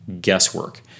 guesswork